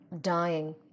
dying